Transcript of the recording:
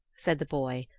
said the boy,